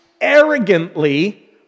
arrogantly